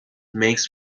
makes